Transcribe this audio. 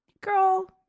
girl